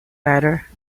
better